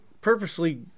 purposely